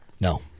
No